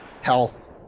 health